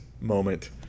moment